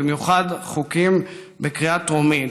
במיוחד חוקים בקריאה טרומית,